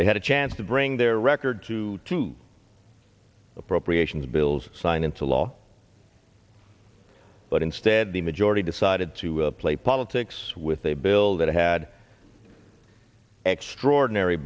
they had a chance to bring their record to two appropriations bills signed into law but instead the majority decided to play politics with a bill that had extraordinary